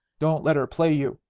don't let her play you,